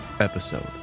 episode